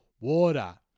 water